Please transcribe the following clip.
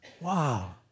wow